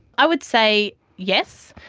i would say yes.